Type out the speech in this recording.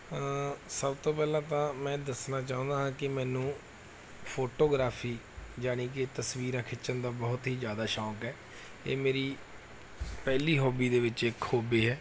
ਸਭ ਤੋਂ ਪਹਿਲਾਂ ਤਾਂ ਮੈਂ ਦੱਸਣਾ ਚਾਹੁੰਦਾ ਹਾਂ ਕਿ ਮੈਨੂੰ ਫੋਟੋਗ੍ਰਾਫੀ ਜਾਨੀ ਕਿ ਤਸਵੀਰਾਂ ਖਿੱਚਣ ਦਾ ਬਹੁਤ ਹੀ ਜ਼ਿਆਦਾ ਸ਼ੌਂਕ ਹੈ ਇਹ ਮੇਰੀ ਪਹਿਲੀ ਹੋਬੀ ਦੇ ਵਿੱਚ ਇਹ ਖੂਬੀ ਹੈ